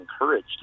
encouraged